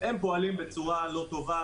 הם פועלים בצורה לא טובה,